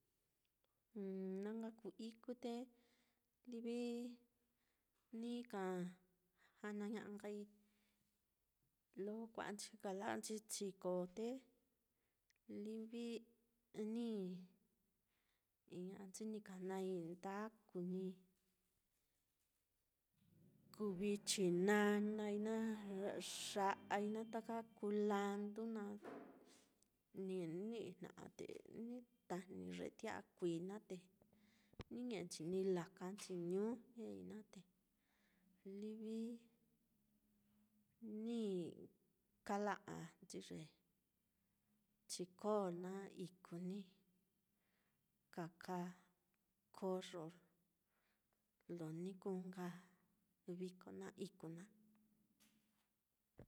Na nka kuu iku te livi ni ka janaña'a nkai lo kua'anchi kala'anchi chikoo, te livi ni iña'anchi ni ka jnai ndakau, ni ni kuvií chinanai naá, ya'ai naá, taka kulanduu naá, ni-nijna'a, te ni tajni ye tia'a kuií naá te ni ñe'enchi ni lakanchi ñujñe naá, te livi ni kala'anchi ye chiko naá, iku ni ka kaa koyo lo ni kuu nka viko naá iku naá.